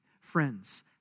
Friends